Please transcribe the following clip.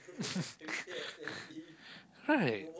right